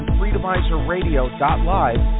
FreedomizerRadio.live